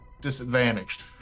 disadvantaged